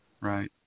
Right